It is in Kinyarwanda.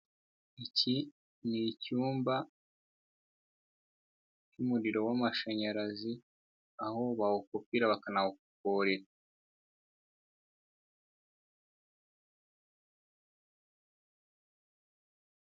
Iki ni icyumba cy'umuriro w'amashanyarazi aho bawukupira bakanawukupurira.